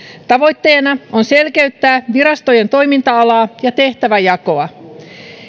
tavoitteena on selkeyttää virastojen toiminta alaa ja tehtäväjakoa